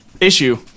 issue